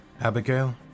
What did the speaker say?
Abigail